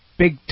Big